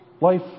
Life